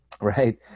Right